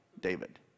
David